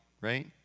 right